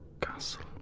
castle